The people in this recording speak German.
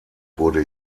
wurde